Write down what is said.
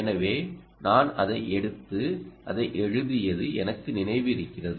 எனவே நான் அதை எடுத்து அதை எழுதியது எனக்கு நினைவிருக்கிறது